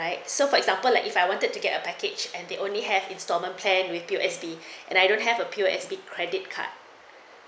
so for example like if I wanted to get a package and they only have installment plan with P_O_S_B and I don't have P_O_S_B credit card